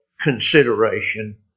consideration